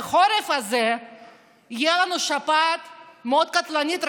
בחורף הזה תהיה לנו שפעת מאוד קטלנית,